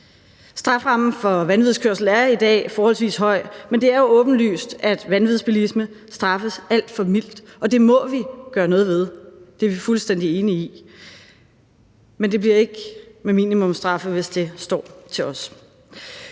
Strafferammen for vanvidskørsel er i dag forholdsvis høj, men det er åbenlyst, at vanvidsbilisme straffes alt for mildt, og det må vi gøre noget ved – det er vi fuldstændig enige i – men det bliver ikke med minimumsstraffe, hvis det står til os.